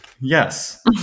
Yes